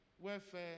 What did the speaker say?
welfare